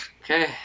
Okay